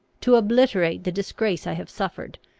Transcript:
to obliterate the disgrace i have suffered,